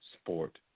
Sport